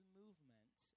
movement